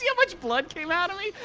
yeah much blood came out of me?